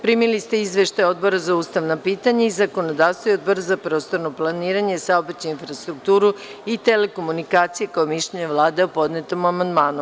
Primili ste izveštaje Odbora za ustavna pitanja i zakonodavstvo i Odbora za prostorno planiranje, saobraćaj, infrastrukturu i telekomunikacije, kao i mišljenje Vlade o podnetom amandmanu.